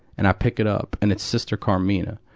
and i pick it up. and it's sister carmina.